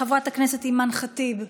חברת הכנסת אימאן ח'טיב,